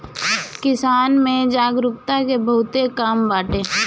किसान में जागरूकता के बहुते कमी बाटे